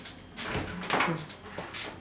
okay